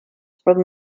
from